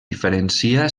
diferencia